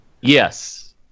Yes